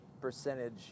percentage